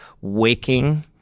waking